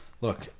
Look